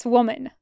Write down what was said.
Woman